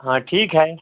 हाँ ठीक है